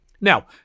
Now